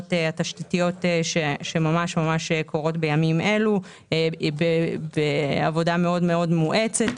העבודות התשתיתיות שקורות בימים אלו בעבודה מאוד מואצת